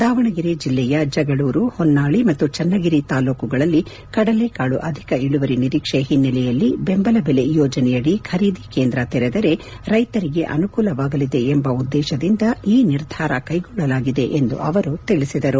ದಾವಣಗೆರೆ ಜಿಲ್ಲೆಯ ಜಗಳೂರು ಹೊನ್ನಾಳಿ ಮತ್ತು ಚನ್ನಗಿರಿ ತಾಲ್ಲೂಕುಗಳಲ್ಲಿ ಕಡಲೇಕಾಳು ಅಧಿಕ ಇಳುವರಿ ನಿರೀಕ್ಷೆ ಹಿನ್ನೆಲೆಯಲ್ಲಿ ದೆಂಬಲ ಬೆಲೆ ಯೋಜನೆಯಡಿ ಖರೀದಿ ಕೇಂದ್ರ ತೆರೆದರೆ ರೈತರಿಗೆ ಅನುಕೂಲವಾಗಲಿದೆ ಎಂಬ ಉದ್ದೇಶದಿಂದ ಈ ನಿರ್ಧಾರ ಕೈಗೊಳ್ಳಲಾಗಿದೆ ಎಂದು ಅವರು ತಿಳಿಸಿದರು